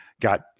got